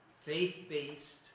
faith-based